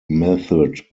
method